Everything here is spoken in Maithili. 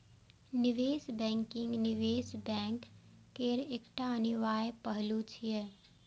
निवेश बैंकिंग निवेश बैंक केर एकटा अनिवार्य पहलू छियै